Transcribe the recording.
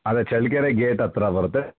ಅದೇ ಚಳ್ಳಕೆರೆ ಗೇಟ್ ಹತ್ತಿರ ಬರುತ್ತೆ